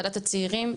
ועדת הצעירים,